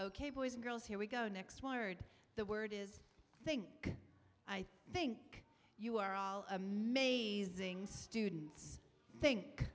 ok boys and girls here we go next word the word is think i think you are all amazing students think